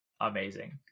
amazing